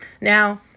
Now